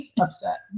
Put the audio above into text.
upset